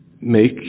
make